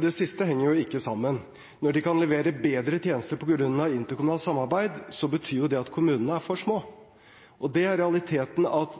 Det siste henger jo ikke sammen. Når kommuner kan levere bedre tjenester på grunn av interkommunalt samarbeid, betyr det at kommunene er for små. Det er realiteten: at